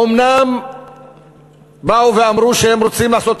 אומנם באו ואמרו שהם רוצים לעשות את